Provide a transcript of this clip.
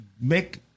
make